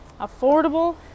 affordable